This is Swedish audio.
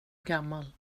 gammal